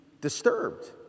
disturbed